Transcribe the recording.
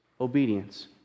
obedience